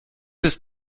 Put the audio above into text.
ist